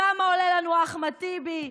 כמה עולה לנו אחמד טיבי?